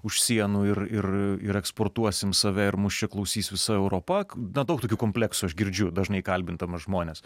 už sienų ir ir ir eksportuosim save ir mus čia klausys visa europa na daug tokių kompleksų aš girdžiu dažnai kalbindamas žmones